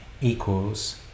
equals